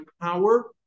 power